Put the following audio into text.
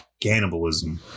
cannibalism